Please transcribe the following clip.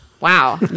Wow